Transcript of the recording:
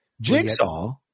Jigsaw